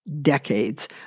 decades